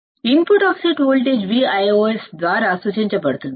input offset voltage Vios ద్వారా సూచించబడుతుంది